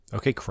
Okay